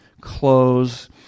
clothes